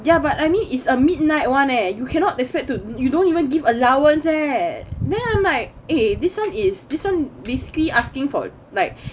ya but I mean it's a midnight one eh you cannot describe you don't even give allowance leh then I'm like eh this one is this one basically asking for like